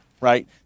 right